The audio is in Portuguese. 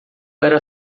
era